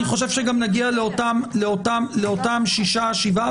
אני חושב שנגיע לשישה, שבעה.